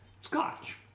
scotch